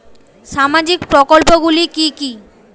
সামাজিক প্রকল্প গুলি কি কি?